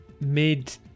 mid